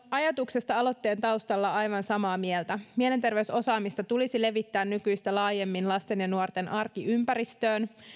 ajatuksesta aloitteen taustalla aivan samaa mieltä mielenterveysosaamista tulisi levittää nykyistä laajemmin lasten ja nuorten arkiympäristöön